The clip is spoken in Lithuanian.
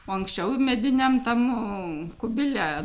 o anksčiau mediniam tam kubile